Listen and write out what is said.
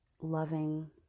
loving